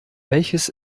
welches